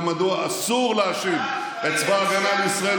ומדוע אסור להאשים את צבא ההגנה לישראל,